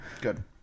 Good